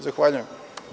Zahvaljujem.